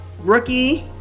rookie